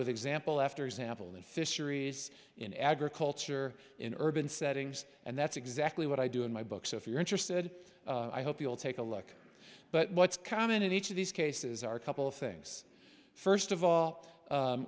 with example after example in fisheries in agriculture in urban settings and that's exactly what i do in my book so if you're interested i hope you'll take a look but what's common in each of these cases are a couple of things first of all